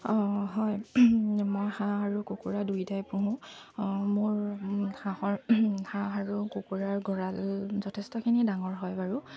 অঁ হয় মই হাঁহ আৰু কুকুৰা দুয়োটাই পোহোঁ অঁ মোৰ হাঁহৰ হাঁহ আৰু কুকুৰাৰ গড়াল যথেষ্টখিনি ডাঙৰ হয় বাৰু